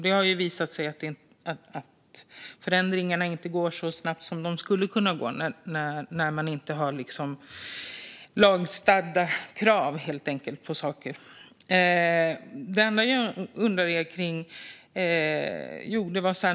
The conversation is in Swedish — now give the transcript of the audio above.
Det har visat sig att förändringarna inte går så snabbt som de skulle kunna gå när man inte har lagstadgade krav.